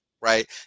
right